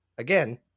again